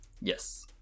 Yes